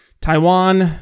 Taiwan